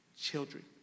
children